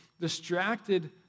distracted